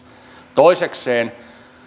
toisekseen